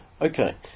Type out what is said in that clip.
Okay